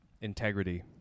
Integrity